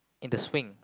in the swing